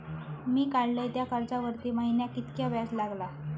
मी काडलय त्या कर्जावरती महिन्याक कीतक्या व्याज लागला?